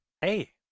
hey